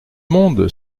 monde